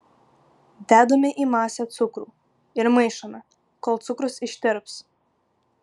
dedame į masę cukrų ir maišome kol cukrus ištirps